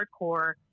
hardcore